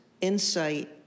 insight